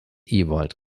ewald